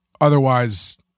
Otherwise